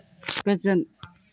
गोजोन